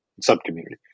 sub-community